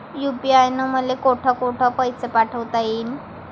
UPI न मले कोठ कोठ पैसे पाठवता येईन?